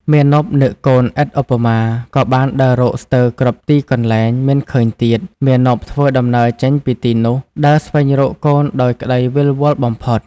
មាណពនឹកកូនឥតឧបមា ក៏បានដើររកស្ទើរគ្រប់ទីកន្លែងមិនឃើញទៀត មាណពធ្វើដំណើរចេញពីទីនោះ ដើរស្វែងរកកូនដោយក្ដីវិលវល់បំផុត ។